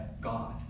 God